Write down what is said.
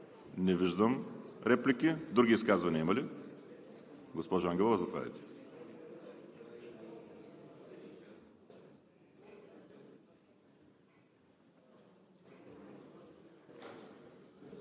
Не виждам. Други изказвания има ли? Госпожо Ангелова, заповядайте.